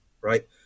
right